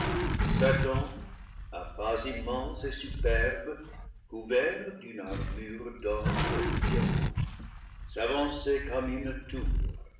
satan à pas immenses et superbes couvert d'une armure d'or et de dia mant s'avançait comme une tour